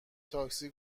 تاکسی